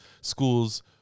schools